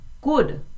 good